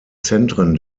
zentren